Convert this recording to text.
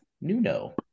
Nuno